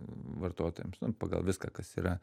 vartotojams nu pagal viską kas yra